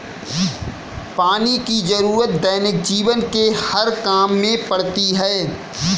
पानी की जरुरत दैनिक जीवन के हर काम में पड़ती है